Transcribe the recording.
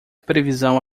previsão